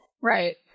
Right